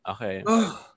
Okay